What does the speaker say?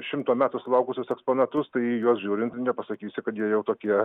šimto metų sulaukusius eksponatus tai į juos žiūrint nepasakysi kad jie jau tokie